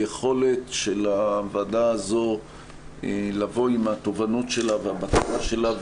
שהיכולת של הוועדה הזו לבוא עם התובנות שלה והבקרה שלה,